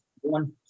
one